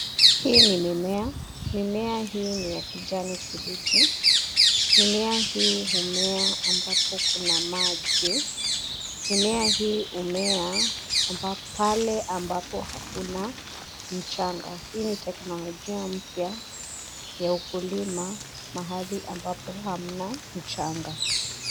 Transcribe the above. Hii ni mimea, mimea hii ni ya kijani kibichi, mimea hii humea ambapo kuna maji. Mimea hii humea pale ambapo hakuna mchanga. Hii ni teknolojia mpya ya ukulima mahali ambapo hamna mchanga.